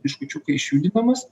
biškučiuką išjudinamas